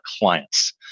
clients